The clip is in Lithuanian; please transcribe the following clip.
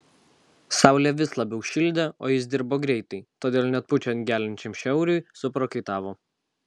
saulė vis labiau šildė o jis dirbo greitai todėl net pučiant geliančiam šiauriui suprakaitavo